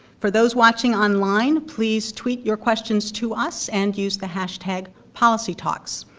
for those watching online, please tweet your questions to us and use the hashtag policytalks,